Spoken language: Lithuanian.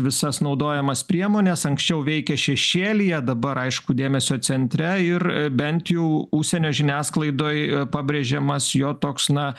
visas naudojamas priemones anksčiau veikė šešėlyje dabar aišku dėmesio centre ir bent jau užsienio žiniasklaidoj pabrėžiamas jo toks na